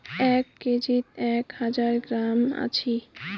এক কেজিত এক হাজার গ্রাম আছি